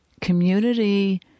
community